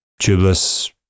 Tubeless